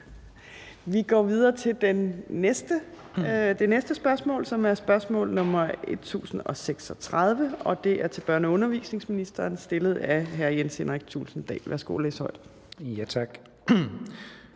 Vi går videre til det næste spørgsmål, som er spørgsmål nr. S 1036, som er til børne- og undervisningsministeren stillet af hr. Jens Henrik Thulesen Dahl. Kl. 14:48 Spm.